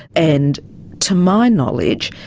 and to my knowledge,